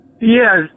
Yes